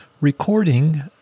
recording